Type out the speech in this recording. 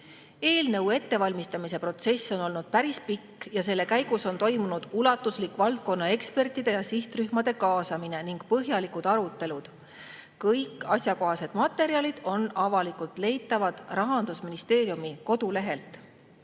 ettevalmistamise protsess on olnud päris pikk ja selle käigus on toimunud ulatuslik valdkonnaekspertide ja sihtrühmade kaasamine ning põhjalikud arutelud. Kõik asjakohased materjalid on avalikud, nad on leitavad Rahandusministeeriumi kodulehelt.